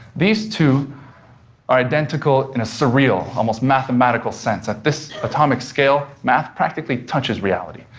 these two are identical in a surreal, almost mathematical sense. at this atomic scale, math practically touches reality.